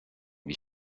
wie